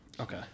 Okay